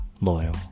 loyal